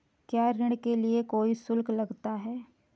क्या ऋण के लिए कोई शुल्क लगता है?